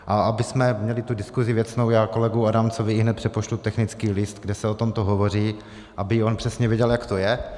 A abychom měli tu diskuzi věcnou, já kolegovi Adamcovi ihned přepošlu technický list, kde se o tomto hovoří, aby on přesně věděl, jak to je.